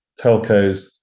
telcos